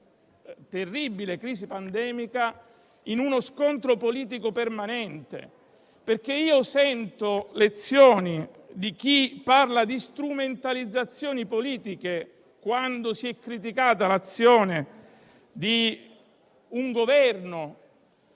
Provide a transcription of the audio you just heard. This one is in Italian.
terribile crisi pandemica in uno scontro politico permanente. Sento lezioni di chi parla di strumentalizzazioni politiche quando si è criticata l'azione di un Governo,